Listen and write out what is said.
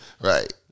Right